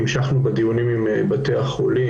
המשכנו בדיונים עם בתי-החולים,